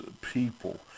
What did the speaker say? people